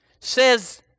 says